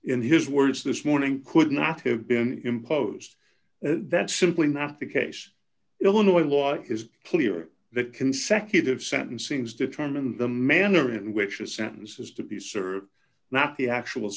in his words this morning could not have been imposed that's simply not the case illinois law is clear that consecutive sentencings determine the manner in which a sentence is to be served not the actual